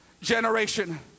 generation